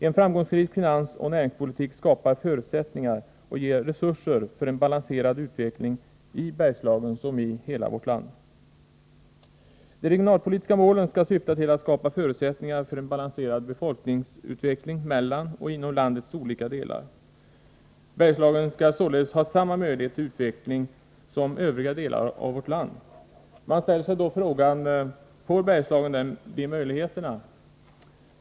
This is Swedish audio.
En framgångsrik finansoch näringspolitik skapar förutsättningar och ger resurser för en balanserad utveckling såväl i Bergslagen som i hela vårt land. De regionalpolitiska målen skall syfta till att skapa förutsättningar för en balanserad befolkningsutveckling mellan och inom landets olika delar. Bergslagen skall således ha samma möjligheter till utveckling som övriga delar av vårt land. Man ställer sig då frågan: Får Bergslagen de möjligheterna?